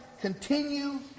Continue